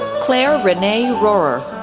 claire renee rohrer,